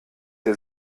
der